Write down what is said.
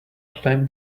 claim